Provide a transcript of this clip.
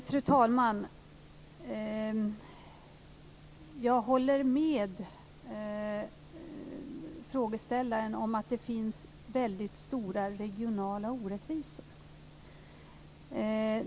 Fru talman! Jag håller med frågeställaren om att det finns väldigt stora regionala orättvisor.